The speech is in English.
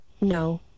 No